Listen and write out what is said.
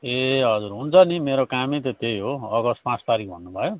ए हजुर हुन्छ नि मेरो कामै त त्यही हो अगस्ट पाँच तारिख भन्नुभयो